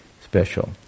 special